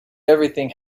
everything